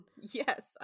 Yes